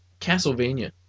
Castlevania